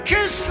Kiss